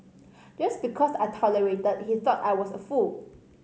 just because I tolerated he thought I was a fool